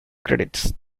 credits